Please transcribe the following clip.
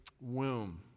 womb